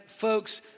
folks